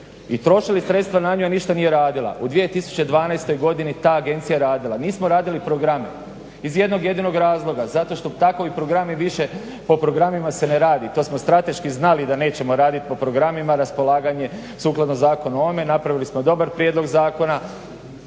i trošili sredstva na nju, a ništa nije radila. U 2012. godini ta agencija je radila. Nismo radili programe iz jednog jedinog razloga zato što takovi programi više, po programima se ne radi to smo strateški znali da nećemo radit po programima, raspolaganje sukladno zakonu ovome. I napravili smo dobar prijedlog zakona.